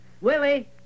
Willie